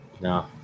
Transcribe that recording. No